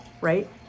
right